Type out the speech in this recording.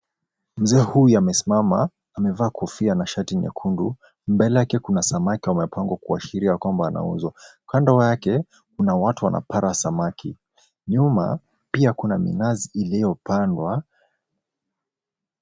Mzee huyu amesimama amevaa kofia na shati nyekundu. Mbele yake kuna samaki wamepangwa kuashiria kwamba wanauzwa. Kando yake kuna watu wanapanga samaki. Nyuma pia kuna minazi iliyopandwa.